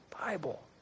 Bible